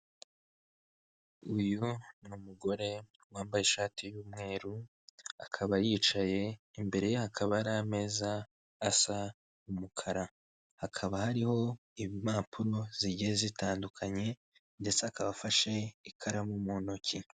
Uyu ni umugore wambaye ishati y'umweru, akaba yicaye, imbere ye hakaba hari ameza asa umukara, hakaba hariho impapuro zigiye zitandukanye ndetse akaba afashe ikaramu mu ntoki.